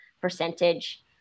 percentage